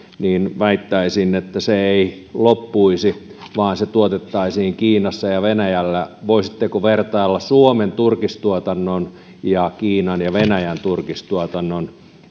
niin väittäisin että se ei loppuisi vaan turkikset tuotettaisiin kiinassa ja venäjällä voisitteko vertailla suomen turkistuotannon kiinan ja venäjän turkistuotannon